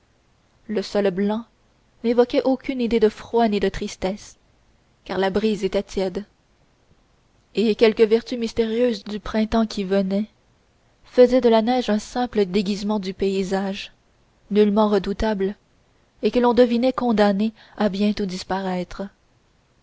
le sol blanc n'évoquait aucune idée de froid ni de tristesse car la brise était tiède et quelque vertu mystérieuse du printemps qui venait faisait de la neige un simple déguisement du paysage nullement redoutable et que l'on devinait condamné à bientôt disparaître